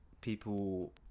people